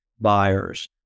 buyers